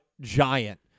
giant